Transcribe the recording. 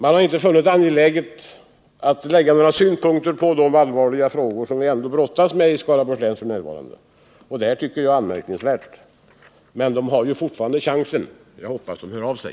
Man har inte funnit det angeläget att anlägga några synpunkter på de allvarliga problem som vi f. n. brottas med i Skaraborg. Det är anmärkningsvärt. Men de har fortfarande chansen. Jag hoppas de hör av sig.